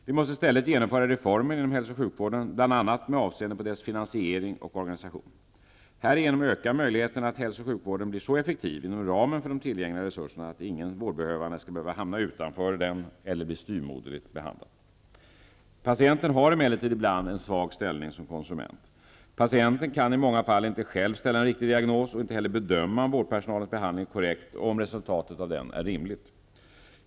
Vi måste i stället genomföra reformer inom hälso och sjukvården bl.a. med avseende på dess finansiering och organisation. Härigenom ökar möjligheterna att hälso och sjukvården blir så effektiv inom ramen för de tillgängliga resurserna att ingen vårdbehövande skall behöva hamna utanför den eller bli styvmoderligt behandlad. Patienten har emellertid ibland en svag ställning som konsument. Patienten kan i många fall inte själv ställa en riktig diagnos och inte heller bedöma om vårdpersonalens behandling är korrekt och om resultatet av den är rimligt.